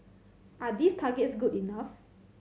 are these targets good enough